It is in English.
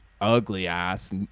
ugly-ass